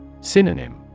Synonym